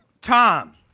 Tom